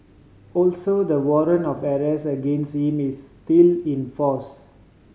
also the warrant of arrest against him is still in force